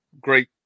Great